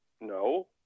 no